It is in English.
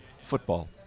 football